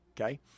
okay